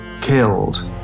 killed